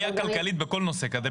כלכלית בכל נושא כזה,